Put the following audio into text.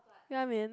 ya man